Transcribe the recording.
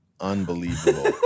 Unbelievable